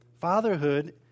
Fatherhood